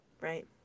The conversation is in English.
Right